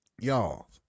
y'all